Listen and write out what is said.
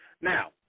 Now